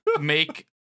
make